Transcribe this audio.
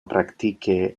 praktike